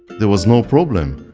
there was no problem.